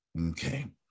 okay